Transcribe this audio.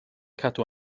cadw